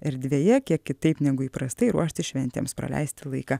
erdvėje kiek kitaip negu įprastai ruoštis šventėms praleisti laiką